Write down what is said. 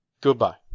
Goodbye